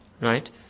Right